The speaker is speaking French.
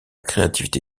créativité